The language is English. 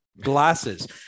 glasses